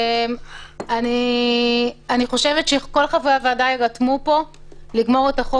אני חושבת שכל חברי הוועדה יירתמו פה לגמור את החוק